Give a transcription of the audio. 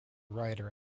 writer